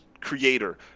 creator